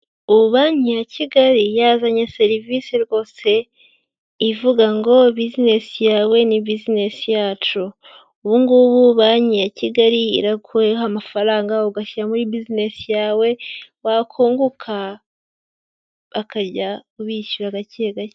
Ubu banki ya Kigali yazanye serivisi rwose ivuga ngo buzinesi yawe ni busines yacu, ubu ngubu banki ya Kigali iraguha amafaranga ugashyira muri buzinesi yawe, wakunguka ukajya ubishyura gake gake.